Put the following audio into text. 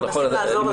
אנחנו מנסים לעזור להם.